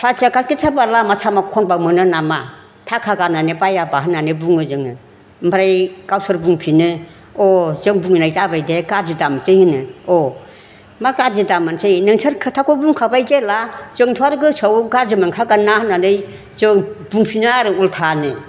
प्लासटिकाखि सोरबा लामा सामा खनबा मोनो नामा थाखा गारनानै बायाबा होननानै बुङो जोङो ओमफ्राय गावसोर बुंफिनो अ जों बुंनाय जाबाय दे गाज्रि दामोनसै होनो अ मा गाज्रि दामोनसै नोंसोर खोथाखौ बुंखाबाय जेब्ला जोंथ' आरो गोसोआव गाज्रि मोनखागोनना होन्नानै जों बुंफिनो आरो उल्थानो